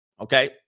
Okay